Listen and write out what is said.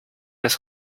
des